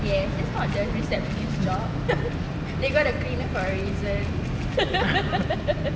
yes is not the receptionist job !hey! got a cleaner for a reason